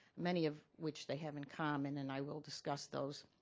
many of which they have in common and i will discuss those